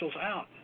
out